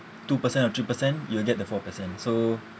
two percent or three percent you'll get the four percent so